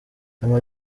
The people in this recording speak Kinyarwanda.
ama